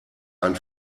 ein